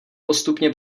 postupně